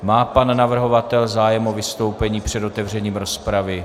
Má pan navrhovatel zájem o vystoupení před otevřením rozpravy?